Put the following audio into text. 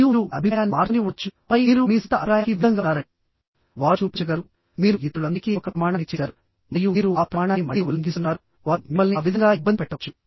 మరియు మీరు మీ అభిప్రాయాన్ని మార్చుకుని ఉండవచ్చు ఆపై మీరు మీ స్వంత అభిప్రాయానికి విరుద్ధంగా ఉన్నారని వారు చూపించగలరు మీరు ఇతరులందరికీ ఒక ప్రమాణాన్ని చేసారు మరియు మీరు ఆ ప్రమాణాన్ని మళ్లీ ఉల్లంఘిస్తున్నారు వారు మిమ్మల్ని ఆ విధంగా ఇబ్బంది పెట్టవచ్చు